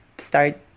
start